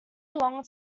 along